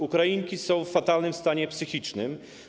Ukrainki są w fatalnym stanie psychicznym.